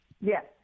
Yes